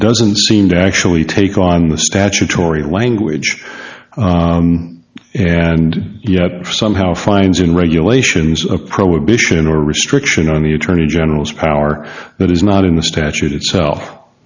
doesn't seem to actually take on the statutory language and yet somehow finds in regulations a prohibition or restriction on the attorney general's power that is not in the statute itself